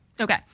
okay